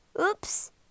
Oops